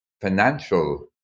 financial